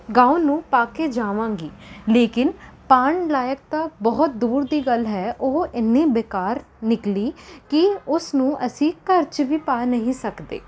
gown ਨੂੰ ਪਾ ਕੇ ਜਾਵਾਂਗੀ ਲੇਕਿਨ ਪਾਉਣ ਲਾਇਕ ਤਾਂ ਬਹੁਤ ਦੂਰ ਦੀ ਗੱਲ ਹੈ ਉਹ ਇੰਨੀ ਬੇਕਾਰ ਨਿਕਲੀ ਕਿ ਉਸਨੂੰ ਅਸੀਂ ਘਰ 'ਚ ਵੀ ਪਾ ਨਹੀਂ ਸਕਦੇ